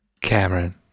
Cameron